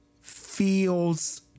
feels